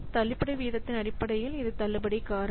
தள்ளுபடி விகிதத்தின் அடிப்படையில் இது தள்ளுபடி காரணி